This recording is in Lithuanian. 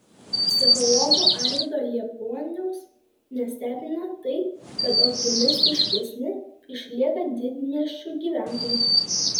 psichologo arvydo liepuoniaus nestebina tai kad optimistiškesni išlieka didmiesčių gyventojai